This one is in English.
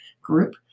group